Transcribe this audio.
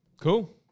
Cool